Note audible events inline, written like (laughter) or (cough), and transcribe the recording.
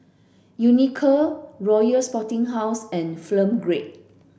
Unicurd Royal Sporting House and (unintelligible) Grade